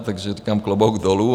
Takže říkám klobouk dolů.